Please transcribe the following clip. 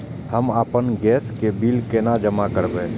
हम आपन गैस के बिल केना जमा करबे?